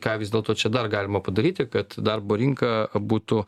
ką vis dėlto čia dar galima padaryti kad darbo rinka būtų